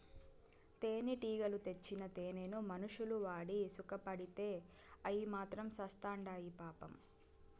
తేనెటీగలు తెచ్చిన తేనెను మనుషులు వాడి సుకపడితే అయ్యి మాత్రం సత్చాండాయి పాపం